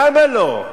למה לא?